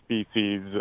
species